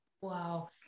Wow